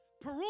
Peru